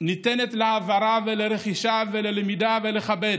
שניתנת להעברה ולרכישה וללמידה ולכיבוד.